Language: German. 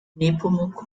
nepomuk